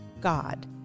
God